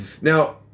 now